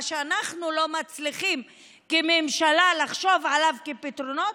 מה שאנחנו לא מצליחים כממשלה לחשוב עליו, פתרונות,